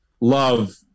love